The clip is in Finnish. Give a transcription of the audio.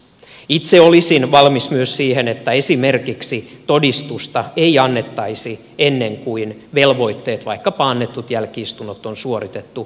itse olisin valmis myös siihen että esimerkiksi todistusta ei annettaisi ennen kuin velvoitteet vaikkapa annetut jälki istunnot on suoritettu